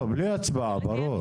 לא, בלי הצבעה, ברור.